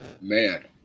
Man